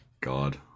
god